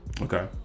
okay